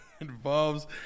involves